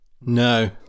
No